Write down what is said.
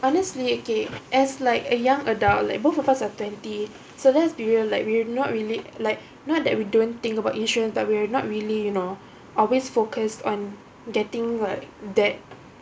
honestly okay as like a young adult like both of us are twenty so that's period like we're not really like not that we don't think about insurance but we're not really you know always focused on getting what that